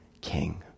King